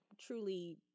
truly